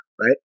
Right